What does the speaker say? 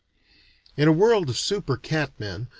in a world of super-cat-men,